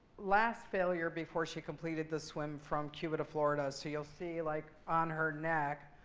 last failure before she completed the swim from cuba to florida. so you'll see like on her neck,